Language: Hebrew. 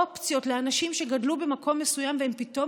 אופציות לאנשים שגדלו במקום מסוים והם פתאום